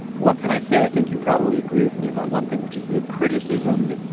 what can i say? i think you probably agree with me about one thing, which is the criticism.